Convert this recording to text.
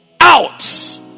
out